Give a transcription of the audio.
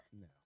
No